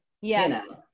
yes